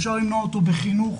אפשר למנוע אותו בחינוך,